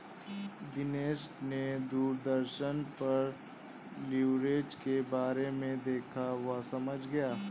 दिनेश ने दूरदर्शन पर लिवरेज के बारे में देखा वह समझा